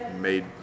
made